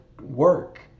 work